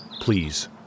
please